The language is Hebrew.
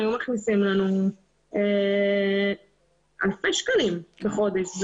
הסיורים היו מכניסים לנו אלפי שקלים בחודש.